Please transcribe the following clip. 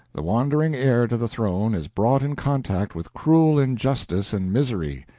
the wandering heir to the throne is brought in contact with cruel injustice and misery,